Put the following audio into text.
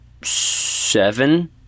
seven